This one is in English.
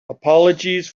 apologies